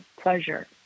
pleasure